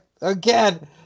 again